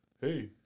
Hey